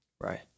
Right